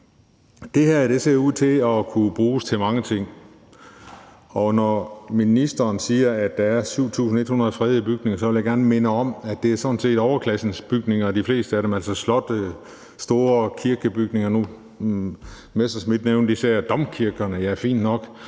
Det her ser ud til at kunne bruges til mange ting. Så når ministeren siger, at der er 7.100 fredede bygninger, så vil jeg gerne minde om, at det sådan set er overklassens bygninger de fleste af dem, altså slotte, store kirkebygninger. Messerschmidt nævnte især domkirkerne. Ja, det er